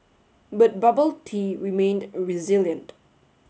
but bubble tea remained resilient